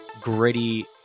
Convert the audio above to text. gritty